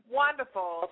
wonderful